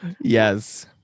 yes